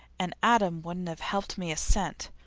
and adam wouldn't have helped me a cent,